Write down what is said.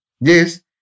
Yes